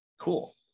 Cool